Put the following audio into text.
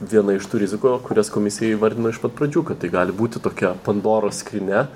viena iš tų rizikų kurias komisija įvardino iš pat pradžių kad tai gali būti tokia pandoros skrynia